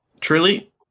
Truly